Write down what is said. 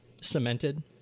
cemented